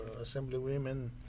assemblywomen